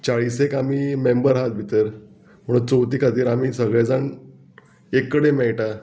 चाळीसेक आमी मेंबर आहात भितर म्हणून चवथी खातीर आमी सगळे जाण एक कडेन मेळटा